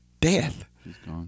death